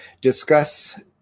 discuss